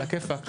עַלַא כֵּיפַק.